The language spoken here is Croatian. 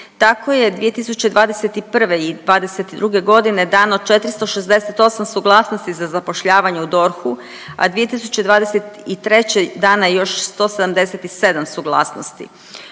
Tako je 2021. i 2022. godine dano 468 suglasnosti za zapošljavanje u DORH-u, a 2023. dana je još 177 suglasnosti.